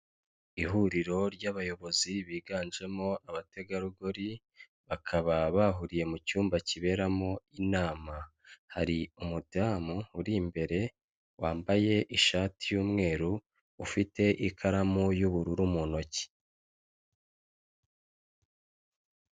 Ihuriro ry'abayobozi biganjemo abategarugori bakaba bahuriye mu cyumba kiberamo inama. Hari umudamu uri imbere wambaye ishati y'umweru ufite ikaramu y'ubururu mu ntoki.